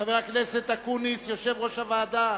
חבר הכנסת אקוניס, יושב-ראש הוועדה,